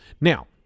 Now